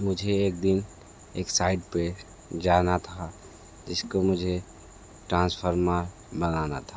मुझे एक दिन एक साइट पर जाना था जिसको मुझे ट्रांसफॉर्मर बनाना था